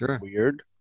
weird